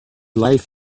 life